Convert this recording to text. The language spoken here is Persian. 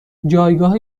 جایگاه